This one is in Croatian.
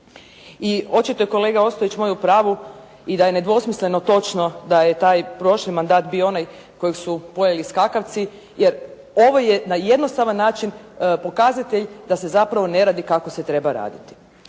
I hoćete kolega Ostojić, moju pravu, i da je nedvosmisleno točno da je taj prošli mandat bio onaj kojeg su pojeli skakavci jer ovo je na jednostavan način pokazatelj da se zapravo ne radi kako se treba raditi.